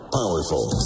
powerful